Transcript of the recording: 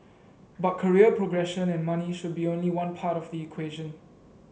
but career progression and money should be only one part of the equation